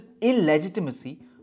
illegitimacy